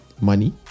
money